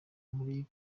muri